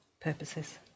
purposes